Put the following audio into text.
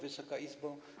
Wysoka Izbo!